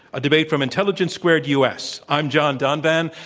a debate from intelligence squared u. s. i'm john donvan,